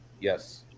Yes